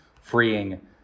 freeing